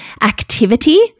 activity